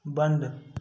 बन्द